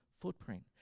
footprint